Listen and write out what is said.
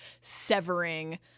severing